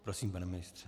Prosím, pane ministře.